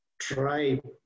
tribe